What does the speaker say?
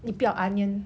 你不要 onion